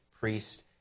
priest